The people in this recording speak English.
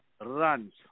runs